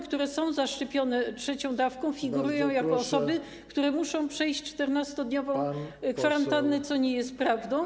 które są zaszczepione trzecią dawką, figurują jako osoby, które muszą przejść 14-dniową kwarantannę, co nie jest prawdą.